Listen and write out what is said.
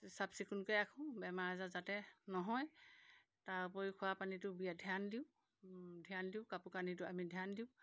চাফচিকুণকৈ ৰাখোঁ বেমাৰ আজাৰ যাতে নহয় তাৰ উপৰি খোৱাপানীটো বিৰাট ধ্যান দিওঁ ধ্যান দিওঁ কাপোৰ কানিটো আমি ধ্যান দিওঁ